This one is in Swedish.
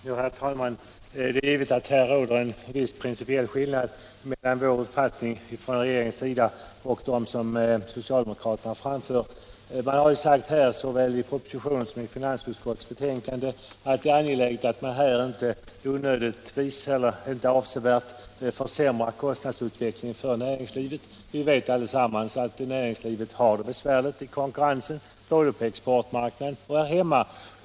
Herr talman! Det är givet att här råder en viss principiell skillnad mellan regeringspartiernas uppfattning och den som socialdemokraterna för fram. Det har sagts såväl i propositionen som i finansutskottets betänkande att det är angeläget att man inte avsevärt försämrar kostnadsutvecklingen för näringslivet. Vi vet allesammans att näringslivet har det besvärligt i konkurrensen både på exportmarknaden och här hemma.